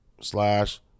slash